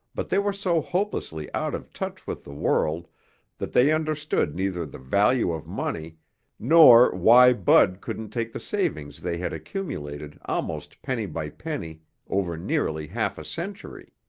but they were so hopelessly out of touch with the world that they understood neither the value of money nor why bud couldn't take the savings they had accumulated almost penny by penny over nearly half a century.